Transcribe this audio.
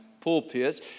pulpits